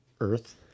Earth